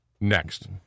Next